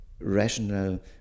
rational